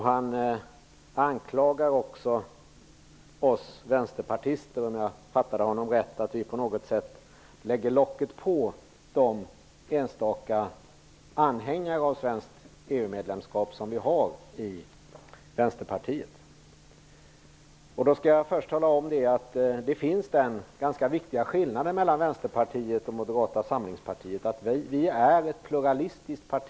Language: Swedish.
Han anklagar också oss vänsterpartister, om jag fattade honom rätt, för att vi lägger locket på för de enstaka anhängare av svenskt EU-medlemskap som vi har i Jag skall först tala om att det finns en ganska viktig skillnad mellan Vänsterpartiet och Moderata samlingspartiet, nämligen att Vänsterpartiet är ett pluralistiskt parti.